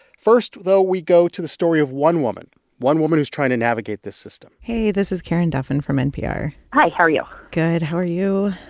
first, though, we go to the story of one woman one woman who's trying to navigate this system hey, this is karen duffin from npr hi. how are you? good. how are you?